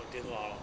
玩电话 lor